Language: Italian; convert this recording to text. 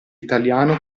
italiano